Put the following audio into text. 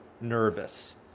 nervous